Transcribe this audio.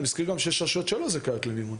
אני מזכיר גם שיש רשויות שלא זכאיות למימון.